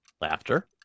Laughter